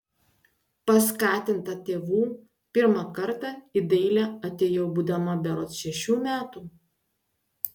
paskatinta tėvų pirmą kartą į dailę atėjau būdama berods šešių metų